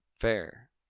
Fair